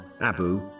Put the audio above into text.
Abu